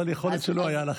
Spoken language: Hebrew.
אבל יכול להיות שלא היה לך.